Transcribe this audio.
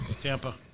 Tampa